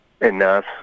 enough